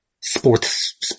sports